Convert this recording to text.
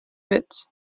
wurd